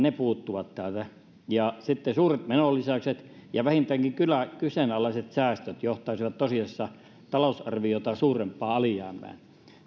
puuttuvat täältä suuret menolisäykset ja vähintäänkin kyseenalaiset säästöt johtaisivat tosiasiassa talousarviota suurempaan alijäämään